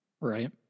Right